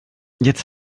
jetzt